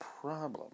problem